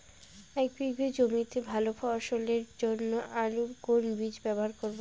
এক বিঘে জমিতে ভালো ফলনের জন্য আলুর কোন বীজ ব্যবহার করব?